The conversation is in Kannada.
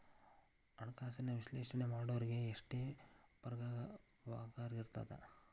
ಹಣ್ಕಾಸಿನ ವಿಶ್ಲೇಷಣೆ ಮಾಡೋರಿಗೆ ಎಷ್ಟ್ ಪಗಾರಿರ್ತದ?